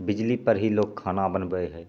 बिजलीपर ही लोग खाना बनबै हइ